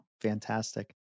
fantastic